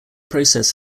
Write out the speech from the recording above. process